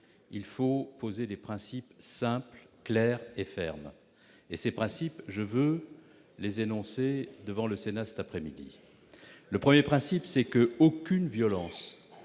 il faut poser des principes simples, clairs et fermes. Ces principes, je veux les énoncer devant le Sénat cet après-midi. Premier principe : aucune violence,